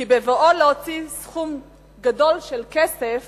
שבבואו להוציא סכום גדול של כסף